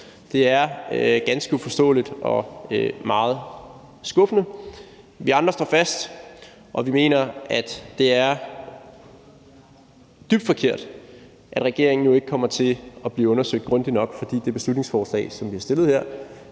Det er ganske uforståeligt og meget skuffende. Vi andre står fast, og vi mener, at det er dybt forkert, at regeringen nu ikke kommer til at blive undersøgt grundigt nok, fordi det beslutningsforslag, som vi har fremsat her,